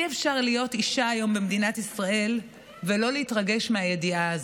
אי-אפשר להיות אישה היום במדינת ישראל ולא להתרגש מהידיעה הזאת.